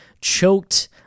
choked